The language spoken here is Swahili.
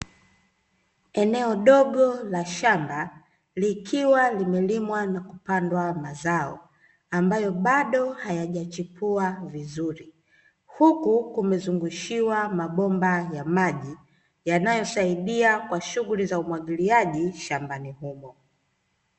Eneo dogo la shamba likiwa limelimwa na kupandwa mazao ambayo bado hayajachipua vizuri huku kumezungushiwa mabomba ya maji yanayosaidia kwa shughuli za umwagiliaji shambani humo.